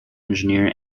engineer